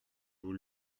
vous